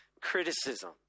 criticism